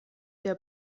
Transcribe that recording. der